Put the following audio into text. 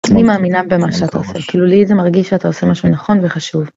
אני מאמינה במה שאתה עושה, כאילו לי זה מרגיש שאתה עושה משהו נכון וחשוב.